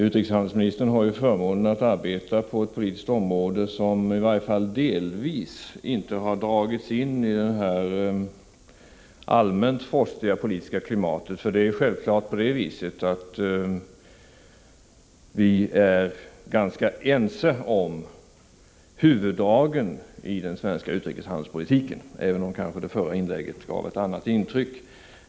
Utrikeshandelsministern har ju förmånen att arbeta på ett politiskt område som, i varje fall delvis, inte har drabbats av det allmänt frostiga politiska klimatet. Vi är självfallet ganska ense om huvuddragen i den svenska utrikeshandelspolitiken, även om det förra inlägget gav ett annat intryck.